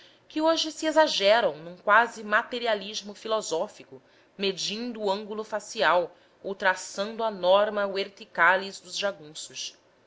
que hoje se exageram num quase materialismo filosófico medindo o ângulo facial ou traçando a norma verticalis dos jagunços